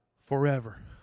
Forever